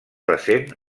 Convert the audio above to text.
recent